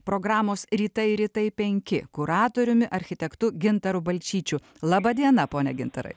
programos rytai rytai penki kuratoriumi architektu gintaru balčyčiu laba diena pone gintarai